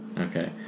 Okay